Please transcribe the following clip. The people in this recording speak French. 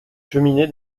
cheminée